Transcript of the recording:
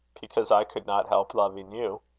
because i could not help loving you.